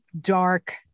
dark